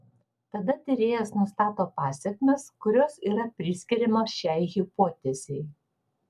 tada tyrėjas nustato pasekmes kurios yra priskiriamos šiai hipotezei